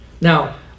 Now